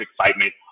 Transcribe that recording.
excitement